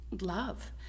love